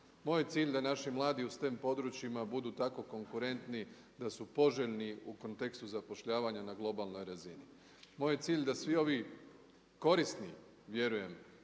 Moj je cilj da naši mladi u sten područjima budu tako konkurentni da su poželjni u kontekstu zapošljavanja na globalnoj razini. Moj je cilj da svi ovi korisni vjerujem